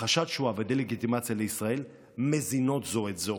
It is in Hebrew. הכחשת שואה ודה-לגיטימציה לישראל מזינות זו את זו,